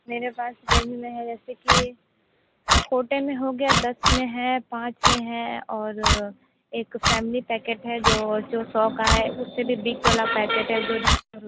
मेरे पास रेंज में है जैसा की छोटे में हो गया दस में है पाँच में है और एक फैमिली पैकेट है जो सौ का है उससे भी बिग वाला पैकेट है